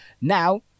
now